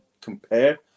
compare